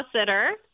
sitter